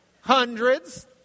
hundreds